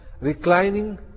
reclining